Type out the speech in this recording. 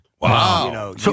Wow